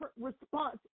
response